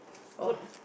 oh